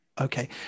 Okay